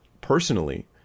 personally